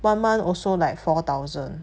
one month also like four thousand